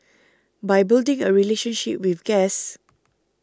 by building a relationship with guests